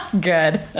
good